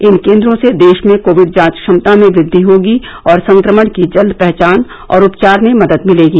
इन केन्द्रों से देश में कोविड जांच क्षमता में वृद्धि होगी और संक्रमण की जल्द पहचान और उपचार में मदद मिलेगी